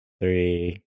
three